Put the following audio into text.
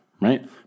right